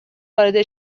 وارد